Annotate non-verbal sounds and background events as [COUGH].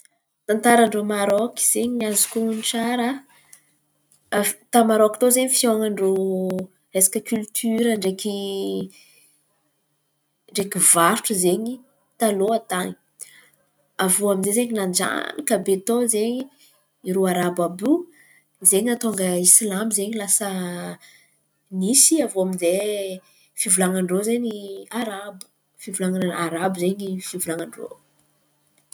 Tantaran-drô Marôka zen̈y ny azoko honon̈o tsara, avy ta-Marôka tao zen̈y ny fihaonan-drô tao resaka kiolotora ndraiky varotra zen̈y taloha tan̈y. Avô aminjay nanjanaka be tao zen̈y irô arabo àby io, zen̈y nahatonga islamo zen̈y lasa [HESITATION] nisy. Avô amizay fivolan̈an-drô zen̈y arabo. Fivolan̈ana arabo zen̈y fivolan̈an-drô.